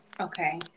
okay